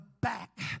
back